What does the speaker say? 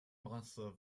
masse